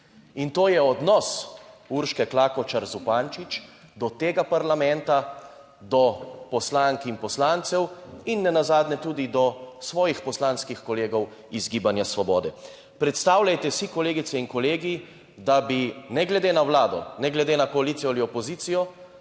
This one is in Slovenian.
In to je odnos Urške Klakočar Zupančič do tega parlamenta, do poslank in poslancev in nenazadnje tudi do svojih poslanskih kolegov iz Gibanja svobode. Predstavljajte si, kolegice in kolegi, da bi ne glede na vlado ne glede na koalicijo ali opozicijo,